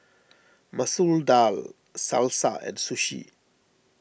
Masoor Dal Salsa and Sushi